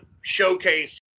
showcase